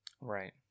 Right